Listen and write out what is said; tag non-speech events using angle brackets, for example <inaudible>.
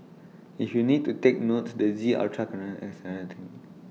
if you need to take notes the Z ultra can <unintelligible>